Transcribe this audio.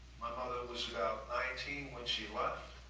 mother was about nineteen when she left.